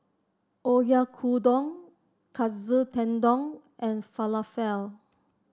Oyakodon Katsu Tendon and Falafel